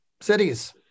cities